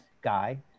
guy